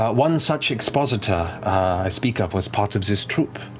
one such expositor i speak of was part of this troop.